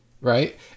right